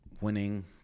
winning